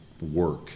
work